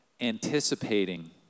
anticipating